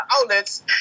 outlets